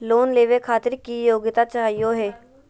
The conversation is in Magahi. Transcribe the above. लोन लेवे खातीर की योग्यता चाहियो हे?